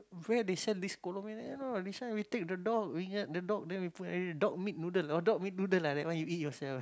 where they sell this Kolo Mian eh no this one we take the dog the dog then we put dog meat noodle oh dog meat noodle ah that one you eat yourself